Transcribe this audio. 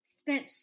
spent